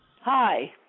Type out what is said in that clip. Hi